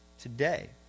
today